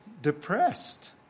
Depressed